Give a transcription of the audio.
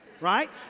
right